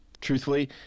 Truthfully